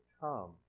come